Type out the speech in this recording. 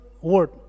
word